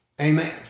Amen